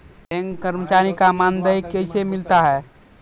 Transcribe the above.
Bank कर्मचारी का मानदेय कैसे मिलता हैं?